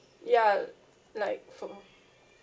ya like from